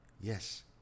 Yes